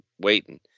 waiting